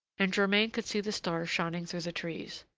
and germain could see the stars shining through the trees.